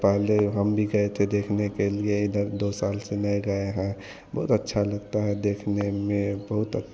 पहले हम भी गए थे देखने के लिए इधर दो साल से नहीं गए हैं बहुत अच्छा लगता है देखने में बहुत